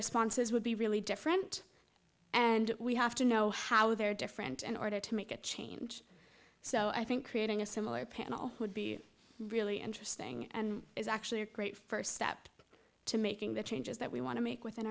responses would be really different and we have to know how they're different in order to make a change so i think creating a similar panel would be really interesting and is actually a great first step to making the changes that we want to make within